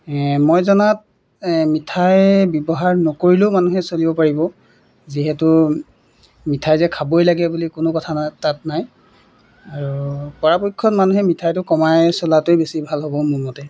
মই জনাত মিঠাই ব্যৱহাৰ নকৰিলেও মানুহে চলিব পাৰিব যিহেতু মিঠাই যে খাবই লাগে বুলি কোনো কথা নাই তাত নাই আৰু পৰাপক্ষত মানুহে মিঠাইটো কমাই চলাটোৱেই বেছি ভাল হ'ব মোৰ মতে